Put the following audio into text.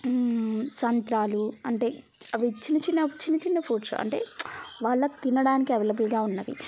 సంత్రాలు అంటే అవి చిన్న చిన్న చిన్న చిన్న ఫ్రూట్స్ అంటే వాళ్ళకు తినడానికి అవైలబుల్గా ఉన్నవి